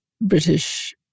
British